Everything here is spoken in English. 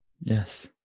Yes